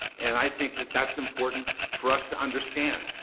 and i think that that's important for us to understand,